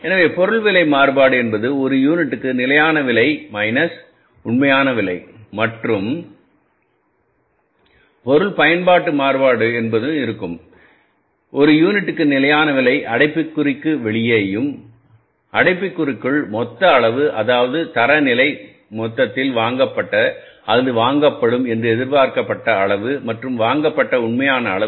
எனவே பொருள் விலை மாறுபாடு என்பது ஒரு யூனிட்டுக்கு நிலையான விலை மைனஸ் உண்மையான விலை மற்றும் பொருள் பயன்பாட்டு மாறுபாடு என்பதுஇருக்கும் ஒரு யூனிட்டுக்கு நிலையான விலை அடைப்புக்குறிக்கு வெளியேயும் அடைப்புக்குறிக்குள் மொத்த அளவு அதாவது தரநிலை மொத்தத்தில் வாங்கப்பட்ட அல்லது வாங்கப்படும் என்று எதிர்பார்க்கப்பட்ட அளவு மற்றும் வாங்கப்பட்ட உண்மையான அளவு